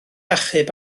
achub